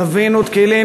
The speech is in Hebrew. טבין ותקילין,